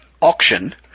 auction